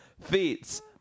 feats